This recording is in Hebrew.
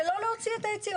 זה לא להוציא את העצים.